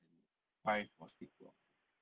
then five or six o'clock